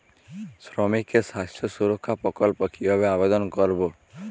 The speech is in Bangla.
শ্রমিকের স্বাস্থ্য সুরক্ষা প্রকল্প কিভাবে আবেদন করবো?